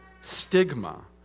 stigma